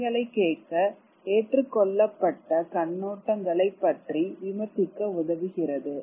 கேள்விகளைக் கேட்க ஏற்றுக்கொள்ளப்பட்ட கண்ணோட்டங்களைப் பற்றி விமர்சிக்க உதவுகிறது